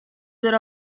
der